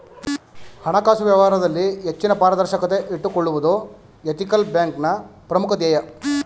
ಹಣಕಾಸು ವ್ಯವಹಾರದಲ್ಲಿ ಹೆಚ್ಚಿನ ಪಾರದರ್ಶಕತೆ ಇಟ್ಟುಕೊಳ್ಳುವುದು ಎಥಿಕಲ್ ಬ್ಯಾಂಕ್ನ ಪ್ರಮುಖ ಧ್ಯೇಯ